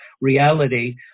reality